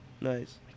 Nice